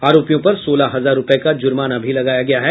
आरोपियों पर सोलह हजार रूपये का जुर्नामा भी लगाया गया है